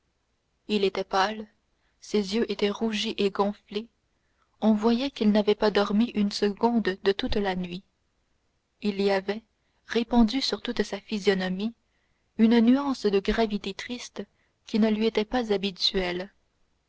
il était pâle ses yeux étaient rougis et gonflés on voyait qu'il n'avait pas dormi une seconde de toute la nuit il y avait répandue sur toute sa physionomie une nuance de gravité triste qui ne lui était pas habituelle